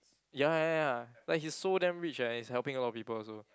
ya ya ya like he's so damn rich eh and he's helping a lot of people also